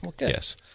yes